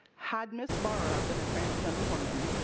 had ms. barra been a transgender woman,